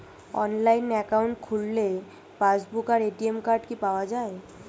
Online account খুললে passbook আর ATM card কি পাওয়া যায়?